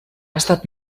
estat